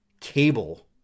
cable